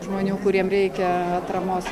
žmonių kuriem reikia atramos